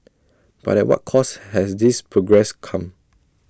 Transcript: but at what cost has this progress come